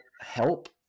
help